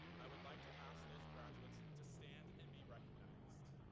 i would like to ask those graduates to stand and be recognized.